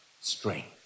strength